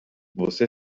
você